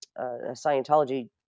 Scientology